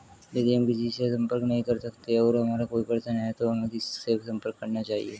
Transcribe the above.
यदि हम किसी से संपर्क नहीं कर सकते हैं और हमारा कोई प्रश्न है तो हमें किससे संपर्क करना चाहिए?